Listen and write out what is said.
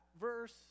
verse